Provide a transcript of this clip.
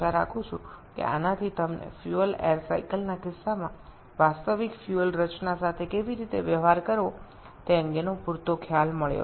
সুতরাং আমি আশা করি এটি আপনাকে ফুয়েল এয়ার চক্রের ক্ষেত্রে প্রকৃত জ্বালানী কীভাবে ব্যবহার করতে পারে সে সম্পর্কে যথেষ্ট ধারণা দিয়েছে